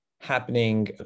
happening